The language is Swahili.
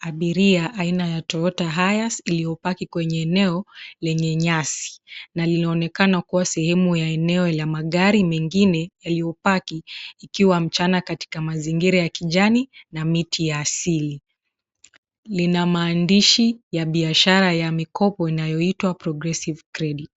abiria aina ya Toyota Hiace iliyopaki kwenye eneo lenye nyasi na linaonekana kuwa sehemu ya eneo ya magari mengine yaliyopaki, ikiwa mchana katika mazingira ya kijani na miti ya asili. Lina maandishi ya biashara ya mikopo inayoitwa Progressive Credit .